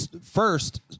First